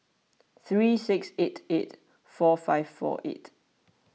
three six eight eight four five four eight